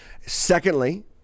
Secondly